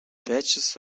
patches